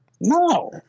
no